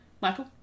Michael